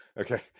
okay